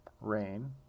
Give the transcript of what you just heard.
Rain